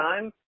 time